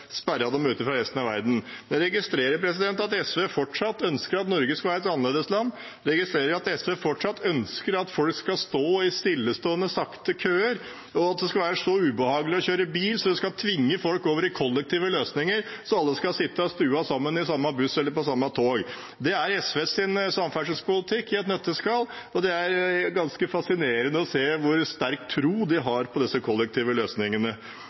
fra resten av verden. Jeg registrerer at SV fortsatt ønsker at Norge skal være et annerledesland, at de fortsatt ønsker at folk skal stå i stillestående, sakte køer, og at det skal være så ubehagelig å kjøre bil at man tvinger folk over i kollektive løsninger, slik at alle skal sitte stuet sammen i samme buss eller på samme tog. Det er SVs samferdselspolitikk i et nøtteskall, og det er ganske fascinerende å se hvor sterk tro de har på disse kollektive løsningene.